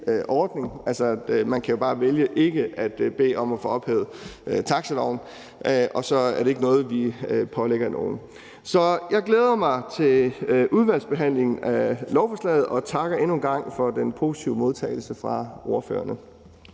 ordning. Altså, man kan jo bare vælge ikke at bede om at få ophævet taxiloven, og så er det ikke noget, vi pålægger nogen. Så jeg glæder mig til udvalgsbehandlingen af lovforslaget og takker endnu en gang for den positive modtagelse fra ordførerne.